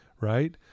right